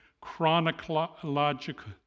chronological